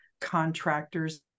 contractors